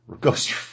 Ghost